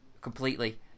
completely